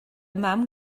mam